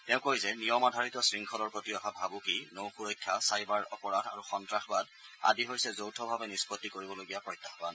তেওঁ কয় যে নিয়ম আধাৰিত শৃংখলৰ প্ৰতি অহা ভাবুকি নৌ সুৰক্ষা ছাইবাৰ অপৰাধ আৰু সন্তাসবাদ আদি হৈছে যৌথভাৱে নিষ্পত্তি কৰিবলগীয়া প্ৰত্যাহবান